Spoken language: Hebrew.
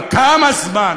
אבל כמה זמן